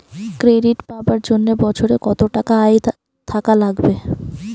Credit পাবার জন্যে বছরে কত টাকা আয় থাকা লাগবে?